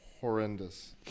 horrendous